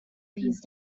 these